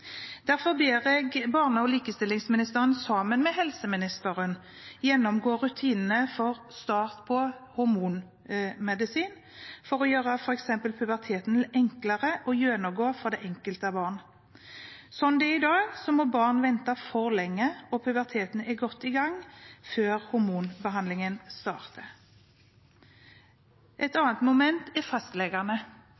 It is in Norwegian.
Derfor ber jeg barne- og likestillingsministeren sammen med helseministeren gjennomgå rutinene for start av hormonmedisin, for å gjøre f.eks. puberteten enklere å gjennomgå for det enkelte barn. Slik det er i dag, må barn vente for lenge og puberteten er godt i gang før hormonbehandlingen starter. Et